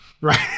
Right